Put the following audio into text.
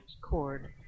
cord